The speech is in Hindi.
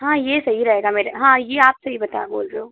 हाँ ये सही रहैगा मेरे हाँ ये आप सही बता बोल रहे हो